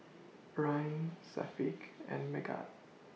Ryan Syafiq and Megat